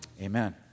Amen